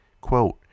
quote